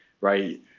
right